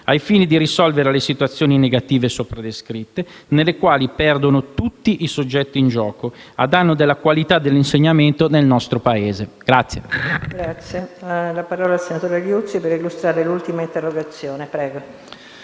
ai fini di risolvere le situazioni negative sopra descritte, nelle quali perdono tutti i soggetti in gioco, a danno della qualità dell'insegnamento nel nostro Paese.